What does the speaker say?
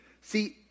See